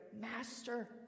master